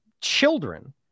children